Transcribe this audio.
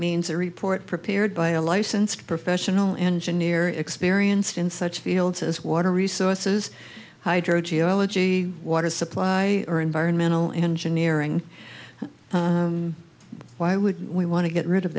means a report prepared by a licensed professional engineer experienced in such fields as water resources hydro geology water supply or environmental engineering why would we want to get rid of